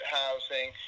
housing